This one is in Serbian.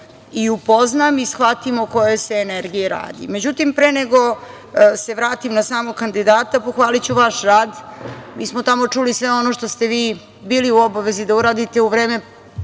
i upoznam i shvatim o kojoj se energiji radi. Međutim, pre nego se vratim na samog kandidata, pohvaliću vaš rad. Mi smo tamo čuli, sve ono što ste vi bili u obavezi da uradite u vreme